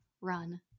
run